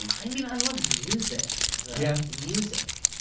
i mean i love music. yeah music.